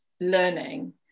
learning